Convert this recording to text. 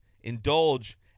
indulge